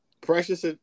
Precious